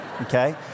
Okay